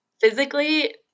physically